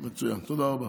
מצוין, תודה רבה.